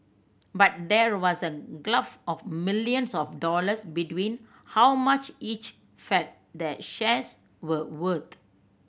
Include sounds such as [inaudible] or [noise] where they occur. but there was a [unintelligible] of millions of dollars between how much each felt the shares were worth